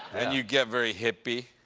and you get very hippie.